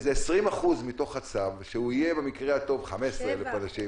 לאיזה 20% מתוך הצו שהוא יהיה במקרה הטוב 15,000 אנשים.